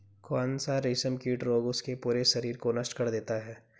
कौन सा रेशमकीट रोग उसके पूरे शरीर को नष्ट कर देता है?